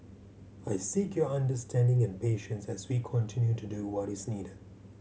I seek your understanding and patience as we continue to do what is needed